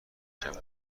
جوون